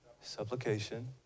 supplication